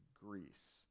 Greece